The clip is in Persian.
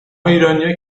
ایرانیا